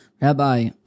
Rabbi